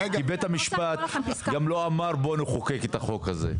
כי בית המשפט לא אמר: בואו נחוקק את החוק הזה.